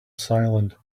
silent